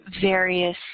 various